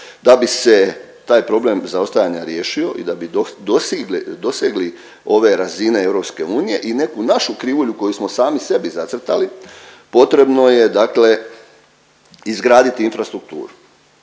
Da bi se taj problem zaostajanja riješio i da bi dosegli ove razine EU i neku našu krivulju koju smo sami sebi zacrtali potrebno je dakle izgraditi infrastrukturu.